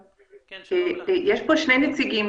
יש פה שני נציגים,